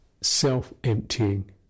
self-emptying